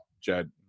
Jed